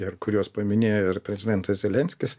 ir kuriuos paminėjo ir prezidentas zelenskis